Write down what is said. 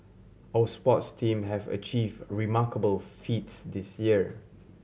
our sports team have achieve remarkable feats this year